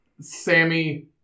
Sammy